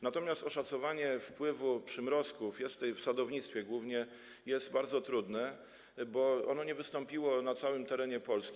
Natomiast oszacowanie wpływu przymrozków, w sadownictwie głównie, jest bardzo trudne, bo one nie wystąpiły na całym terenie Polski.